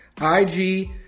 IG